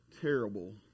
terrible